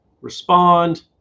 respond